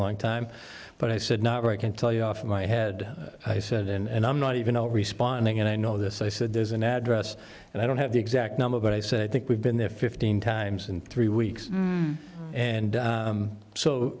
long time but i said not where i can tell you off my head i said and i'm not even all responding and i know this i said there's an address and i don't have the exact number but i say i think we've been there fifteen times in three weeks and